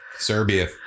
Serbia